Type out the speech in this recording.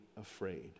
afraid